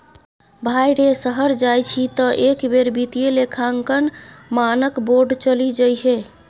भाय रे शहर जाय छी तँ एक बेर वित्तीय लेखांकन मानक बोर्ड चलि जइहै